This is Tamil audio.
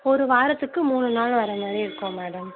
ஒரு வாரத்துக்கு மூணு நாள் வர மாதிரி இருக்கும் மேடம்